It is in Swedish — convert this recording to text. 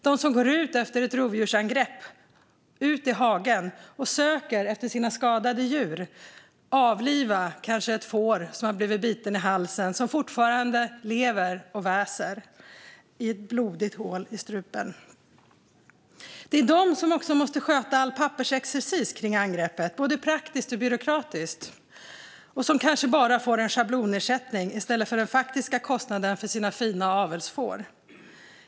Det är de som efter ett rovdjursangrepp går ut i hagen och söker efter sina skadade djur och kanske tvingas avliva ett får som har blivit bitet i halsen och som fortfarande lever och väser genom ett blodigt hål i strupen. Det är de som också måste sköta all pappersexercis kring angreppet, både praktiskt och byråkratiskt, och som kanske bara får en schablonersättning i stället för den faktiska kostnaden för sina fina avelsfår.